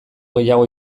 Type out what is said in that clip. gehiago